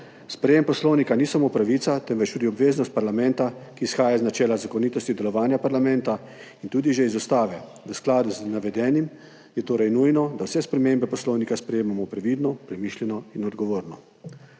Sprejetje Poslovnika ni samo pravica, temveč tudi obveznost parlamenta, ki izhaja iz načela zakonitosti delovanja parlamenta in tudi že iz ustave. V skladu z navedenim je torej nujno, da vse spremembe Poslovnika sprejemamo previdno, premišljeno in odgovorno.